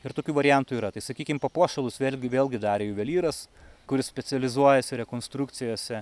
ir tokių variantų yra tai sakykim papuošalus vėlgi vėlgi darė juvelyras kuris specializuojasi rekonstrukcijose